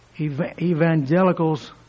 Evangelicals